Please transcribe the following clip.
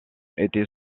était